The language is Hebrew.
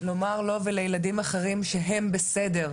אפשר לומר לו ולילדים אחרים שהם בסדר.